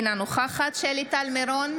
טטיאנה מזרסקי,